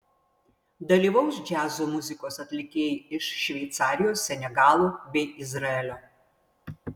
dalyvaus džiazo muzikos atlikėjai iš šveicarijos senegalo bei izraelio